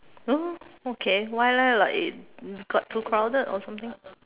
oh okay why leh like it got too crowded or something